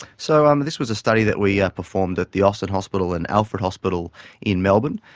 so um this was a study that we ah performed at the austin hospital and alfred hospital in melbourne,